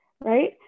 right